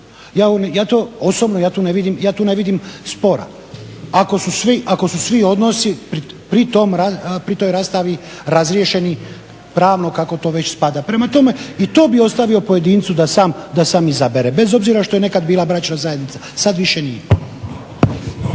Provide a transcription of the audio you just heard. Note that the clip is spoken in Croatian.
Ja to osobno, ja tu ne vidim spora ako su svi odnosi pri toj rastavi razriješeni pravno kako to već spada. Prema tome, i to bih ostavio pojedincu da sam izabere bez obzira što je nekad bila bračna zajednica. Sad više nije.